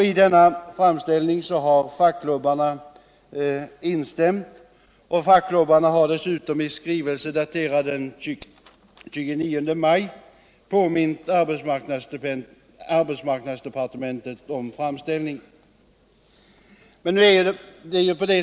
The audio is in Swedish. I denna framställning har fackklubbarna instämt. Fackklubbarna har dessutom i skrivelse daterad den 29 maj påmint arbetsmarknadsdepartementet om framställningen.